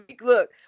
look